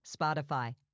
Spotify